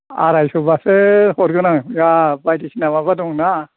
आरायस'बासो हरगोन आं जा बायदिसिना माबा दंना